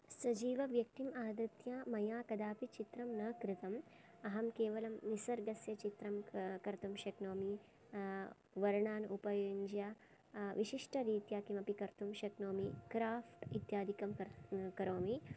सजीवव्यक्तिम् आदृत्य मया कदापि चित्रं न कृतम् अहं केवलं निसर्गस्य चित्रं कर्तुं शक्नोमि वर्णान् उपयुज्य विशिष्टरीत्या किमपि कर्तुं शक्नोमि क्राफ्ट् इत्यादिकं करोमि